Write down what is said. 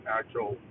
actual